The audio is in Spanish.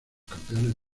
campeones